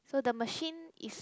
so the machine is